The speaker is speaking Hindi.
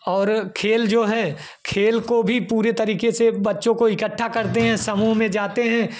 और खेल जो है खेल को भी पूरे तरीके से बच्चों को इकट्ठा करते हैं समूह में जाते हैं